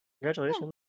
Congratulations